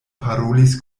parolis